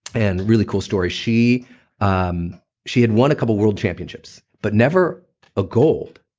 and really cool story. she um she had won a couple world championships but never a gold.